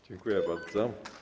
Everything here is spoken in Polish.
Dziękuję bardzo.